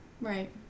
right